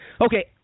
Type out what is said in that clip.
Okay